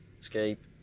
Escape